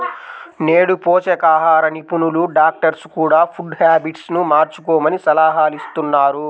నేడు పోషకాహార నిపుణులు, డాక్టర్స్ కూడ ఫుడ్ హ్యాబిట్స్ ను మార్చుకోమని సలహాలిస్తున్నారు